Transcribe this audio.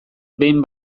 behin